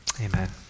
amen